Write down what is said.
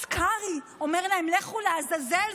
אז קרעי אומר להם: לכו לעזאזל,